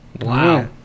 Wow